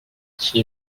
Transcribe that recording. qui